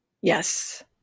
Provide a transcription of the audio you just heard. Yes